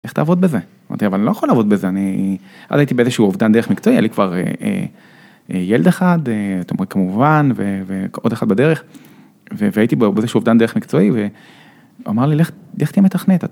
לך תעבוד בזה? אבל אני לא יכול לעבוד בזה, אז הייתי באיזשהו אובדן דרך מקצועי, היה לי כבר ילד אחד, כמובן, ועוד אחד בדרך, והייתי באיזשהו אובדן דרך מקצועי, ואמר לי, לך תהיה מתכנת.